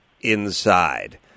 inside